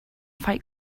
fight